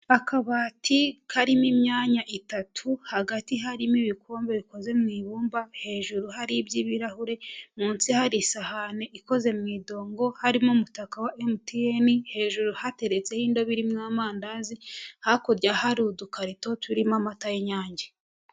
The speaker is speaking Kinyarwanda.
Akabati karimo imyanya itatu hagati harimo ibikombe bikoze mu ibumba, hejuru hari iby'ibirahure, munsi hari isahane ikoze mu idongo, harimo umutaka wa MTN hejuru hateretseho indobo irimo amandazi, hakurya hari udukarito turimo amata y'inyange.